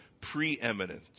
preeminent